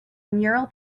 mural